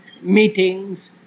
meetings